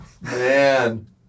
Man